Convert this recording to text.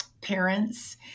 parents